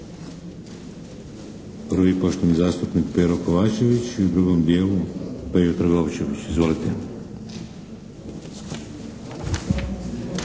prvi poštovani zastupnik Pero Kovačević i u drugom dijelu Pejo Trgovčević. Izvolite!